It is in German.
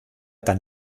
dann